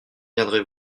viendrez